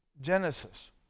Genesis